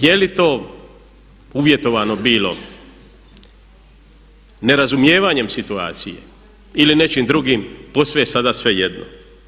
Je li to uvjetovano bilo nerazumijevanjem situacije ili nečim drugim, posve je sada svejedno.